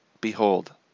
Behold